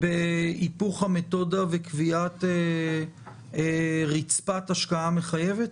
בהיפוך המתודה וקביעת רצפת השקעה מחייבת?